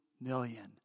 million